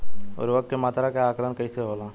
उर्वरक के मात्रा के आंकलन कईसे होला?